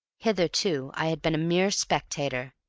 hitherto i had been a mere spectator.